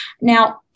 now